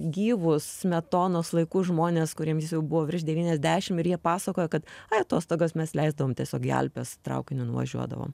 gyvus smetonos laikų žmones kuriems jau buvo virš devyniasdešimt ir jie pasakojo kad ai atostogas mes leisdavom tiesiog į alpes traukiniu nuvažiuodavom